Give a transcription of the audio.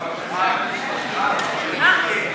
בדבר תוספת תקציב לא נתקבלו.